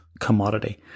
commodity